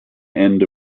end